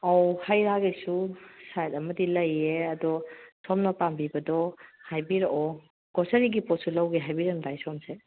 ꯑꯧ ꯍꯩ ꯔꯥꯒꯤꯁꯨ ꯁꯥꯏꯠ ꯑꯃꯗꯤ ꯂꯩꯌꯦ ꯑꯗꯨ ꯁꯣꯝꯅ ꯄꯥꯝꯕꯤꯕꯗꯣ ꯍꯥꯏꯕꯤꯔꯛꯑꯣ ꯒ꯭ꯔꯣꯁꯔꯤꯒꯤ ꯄꯣꯠꯁꯨ ꯂꯧꯒꯦ ꯍꯥꯏꯕꯤꯔꯝꯗꯥꯏ ꯁꯣꯝꯁꯦ